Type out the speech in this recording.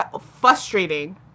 frustrating